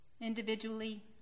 individually